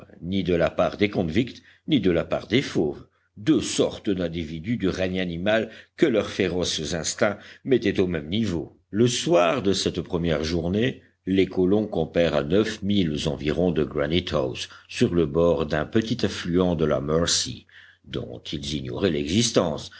ni de la part des convicts ni de la part des fauves deux sortes d'individus du règne animal que leurs féroces instincts mettaient au même niveau le soir de cette première journée les colons campèrent à neuf milles environ de granite house sur le bord d'un petit affluent de la mercy dont ils ignoraient l'existence